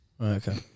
Okay